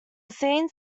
scene